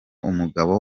umugabo